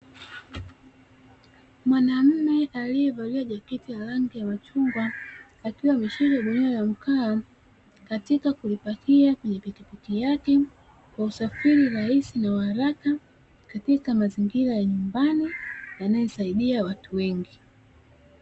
Mwanaume aliyevalia jaketi lenye rangi ya machungwa, akiwa ameshika gunia la mkaa katika kulipakia kwenye pikipiki yake kwa usafiri rahisi na wa haraka, katika mazingira ya nyumbani yanayosaidia watu wengi.